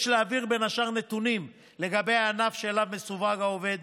יש להעביר בין השאר נתונים לגבי הענף שאליו מסווג העובד,